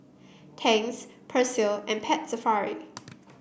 Tangs Persil and Pet Safari